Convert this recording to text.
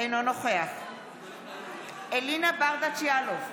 אינו נוכח אלינה ברדץ' יאלוב,